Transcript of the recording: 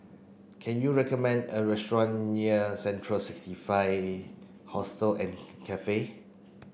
can you recommend a restaurant near Central sixty five Hostel and Cafe